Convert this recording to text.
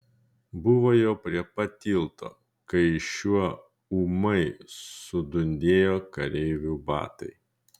buvo jau prie pat tilto kai šiuo ūmai sudundėjo kareivių batai